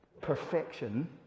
perfection